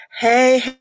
Hey